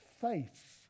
faith